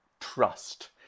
trust